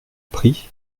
pris